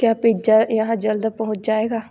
क्या पिज्जा यहाँ जल्द पहुँच जाएगा